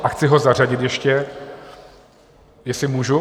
A chci ho zařadit ještě, jestli můžu?